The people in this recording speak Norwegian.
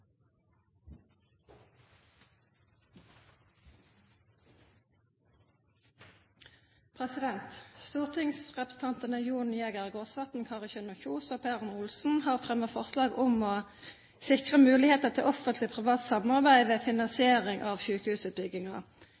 tilnærming. Stortingsrepresentantene Jon Jæger Gåsvatn, Kari Kjønaas Kjos og Per Arne Olsen har fremmet forslag om å sikre muligheter til Offentlig Privat Samarbeid ved finansiering av